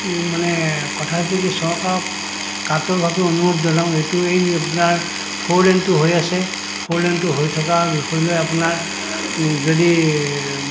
মানে কথা হৈছে কি চৰকাৰক কাতৰভাৱে অনুৰোধ জনাওঁ এইটো এই আপোনাৰ ফ'ৰ লেনটো হৈ আছে ফ'ৰ লেনটো হৈ থকা বিষয়লৈ আপোনাৰ যদি